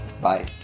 bye